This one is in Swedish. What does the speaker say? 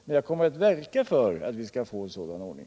Men jag kommer att verka för att vi skall få en sådan ordning.